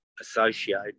associate